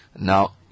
Now